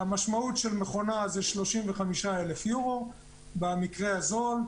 המשמעות של מכונה זה 35,000 יורו, במקרה הזול.